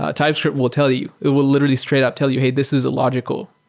ah typescript will tell you. it will literally straight up tell you, hey, this is illogical.